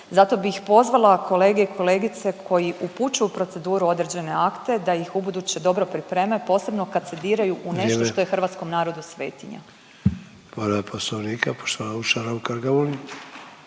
Zato bih pozvala kolege i kolegice koji upućuju u proceduru određene akte da ih ubuduće dobro pripreme, posebno kad se diraju u …/Upadica Sanader: Vrijeme./… nešto što je hrvatskom narodu svetinja.